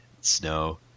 snow